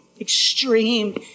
extreme